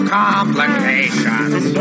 complications